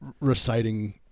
reciting